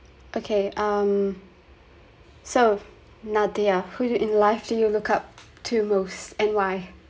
okay um so nadia who do you in life do you look up to most and why